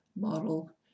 model